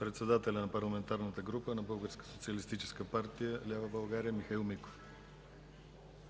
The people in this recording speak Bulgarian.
председателят на Парламентарната група на Българската социалистическа партия лява България – Михаил Миков.